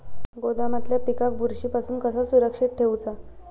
गोदामातल्या पिकाक बुरशी पासून कसा सुरक्षित ठेऊचा?